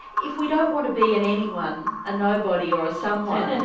if we don't want to be an anyone, a nobody, or a someone, and